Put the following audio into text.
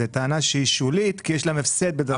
זוהי טענה שולית, כי יש להם הפסד, דווקא.